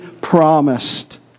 promised